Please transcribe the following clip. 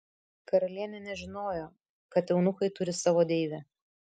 karalienė nežinojo kad eunuchai turi savo deivę